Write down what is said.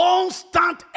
Constant